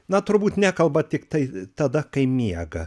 na turbūt nekalba tiktai tada kai miega